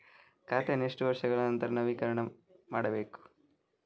ಖಾತೆಯನ್ನು ಎಷ್ಟು ವರ್ಷಗಳ ನಂತರ ನವೀಕರಣ ಮಾಡಬೇಕು?